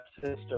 system